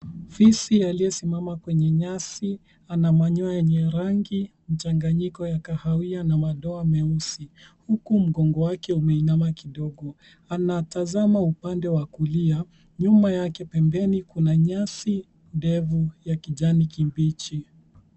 Fisi aliyesimama kwenye nyasi ana manyoya yenye rangi mchanganyiko ya kahawia na madoa meusi huku mgongo wake umeinama kidogo. Anatazama upande wa kulia. Nyuma yake pembeni kuna nyasi ndevu ya kijani kibichi.